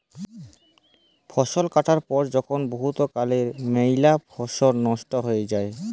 ফসল কাটার পর যখল বহুত কারলে ম্যালা ফসল লস্ট হঁয়ে যায়